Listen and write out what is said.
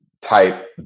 type